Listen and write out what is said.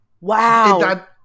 Wow